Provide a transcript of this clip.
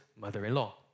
mother-in-law